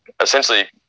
essentially